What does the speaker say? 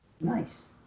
Nice